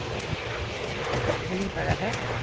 وہ لوگ کا یہ بھی پرب ہے